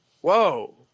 whoa